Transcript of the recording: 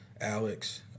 Alex